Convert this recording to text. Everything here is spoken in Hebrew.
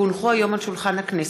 כי הונחו היום על שולחן הכנסת,